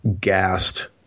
gassed